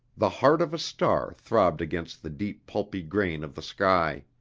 the heart of a star throbbed against the deep pulpy grain of the sky.